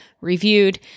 reviewed